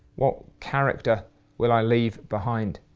what character will i leave behind.